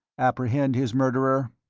apprehend his murderer?